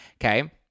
okay